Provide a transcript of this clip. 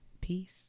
Peace